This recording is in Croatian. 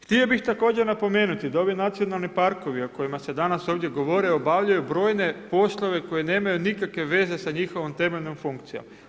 Htio bih također napomenuti da ovi nacionalni parkovi o kojima se danas ovdje govori obavljaju brojne poslove koji nemaju nikakve veze sa njihovom temeljnom funkcijom.